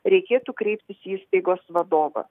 reikėtų kreiptis į įstaigos vadovą